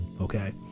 okay